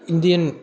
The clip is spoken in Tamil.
இந்தியன்